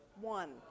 One